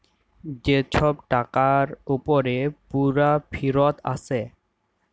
যে ছব টাকার উপরে পুরা ফিরত আসে